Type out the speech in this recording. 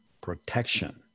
protection